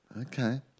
Okay